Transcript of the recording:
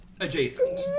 Adjacent